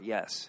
Yes